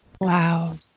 Wow